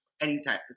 anytime